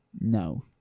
No